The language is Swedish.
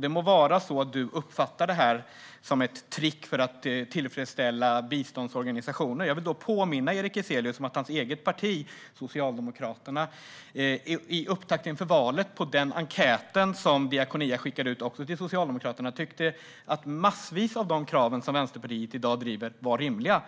Det må vara så att du uppfattar detta som ett trick för att tillfredsställa biståndsorganisationer. Jag vill då påminna Erik Ezelius om att hans eget parti Socialdemokraterna i upptakten inför valet i den enkät som Diakonia skickade ut också till Socialdemokraterna tyckte att massvis av de krav som Vänsterpartiet i dag driver var rimliga.